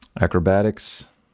Acrobatics